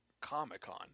Comic-Con